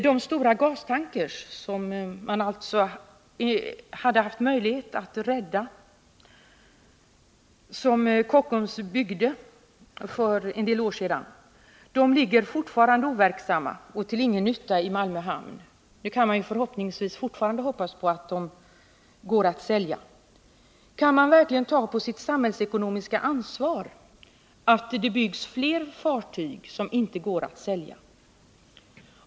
De stora gastankers som Kockums byggde för en del år sedan och som man hade haft möjlighet att rädda ligger fortfarande till ingen nytta i Malmö hamn. Man kan hoppas att de fortfarande går att sälja. Men kan man verkligen ta på sitt samhällsekonomiska ansvar att det byggs flera fartyg som inte går att sälja?